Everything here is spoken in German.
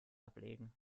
ablegen